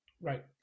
Right